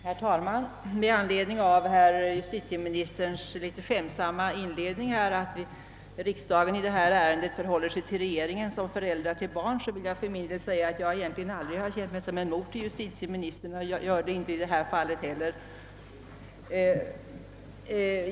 Herr talman! Med anledning av justitieministerns litet skämtsamma inledning, att riksdagen i detta ärende förhåller sig till regeringen som föräldrar till barn, vill jag säga att jag aldrig har känt mig som en mor för justitieministern och jag gör det inte heller i detta fall.